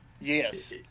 Yes